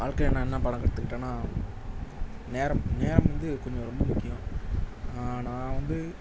வாழ்க்கையில் நான் என்ன பாடம் கத்துக்கிட்டேனா நேரம் நேரம் வந்து கொஞ்சம் ரொம்ப முக்கியம் நான் நான் வந்து